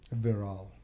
Viral